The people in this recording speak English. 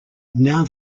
now